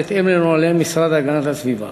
בהתאם לנוהלי המשרד להגנת הסביבה.